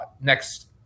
next